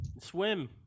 Swim